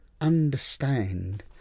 understand